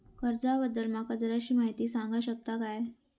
कर्जा बद्दल माका जराशी माहिती सांगा शकता काय?